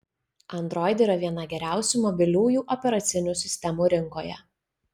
android yra viena geriausių mobiliųjų operacinių sistemų rinkoje